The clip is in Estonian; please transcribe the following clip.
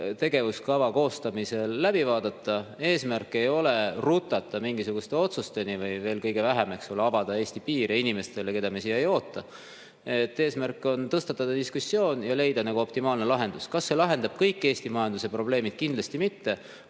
tegevuskava koostamisel läbi vaadata. Eesmärk ei ole rutata mingisuguste otsusteni või veel kõige vähem avada Eesti piir inimestele, keda me siia ei oota. Eesmärk on tõstatada diskussioon ja leida optimaalne lahendus. Kas see lahendab kõik Eesti majanduse probleemid? Kindlasti mitte,